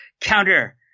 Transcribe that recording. counter